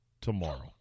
tomorrow